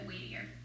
weightier